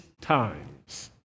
times